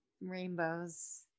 rainbows